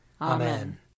Amen